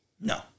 No